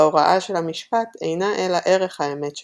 ההוראה של המשפט אינה אלא ערך האמת שלו,